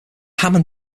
hammond